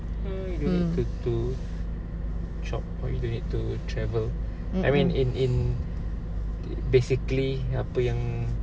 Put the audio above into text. mm mm mm